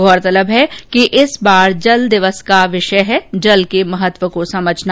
गौरतलब है कि इस बार विश्व जल दिवस का विषय है कि जल के महत्व को समझना